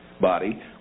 body